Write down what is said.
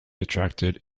attracted